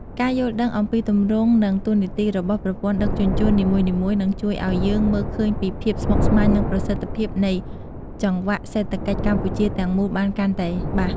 ការយល់ដឹងអំពីទម្រង់និងតួនាទីរបស់ប្រព័ន្ធដឹកជញ្ជូននីមួយៗនឹងជួយឱ្យយើងមើលឃើញពីភាពស្មុគស្មាញនិងប្រសិទ្ធភាពនៃចង្វាក់សេដ្ឋកិច្ចកម្ពុជាទាំងមូលបានកាន់តែច្បាស់។